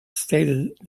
stated